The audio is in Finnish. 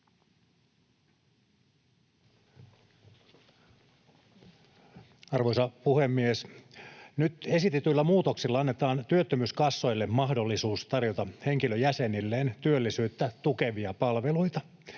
Arvoisa puhemies! Nyt esitetyillä muutoksilla annetaan työttömyyskassoille mahdollisuus tarjota henkilöjäsenilleen työllisyyttä tukevia palveluita.